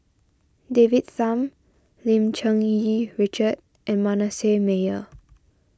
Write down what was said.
David's Tham Lim Cherng Yih Richard and Manasseh Meyer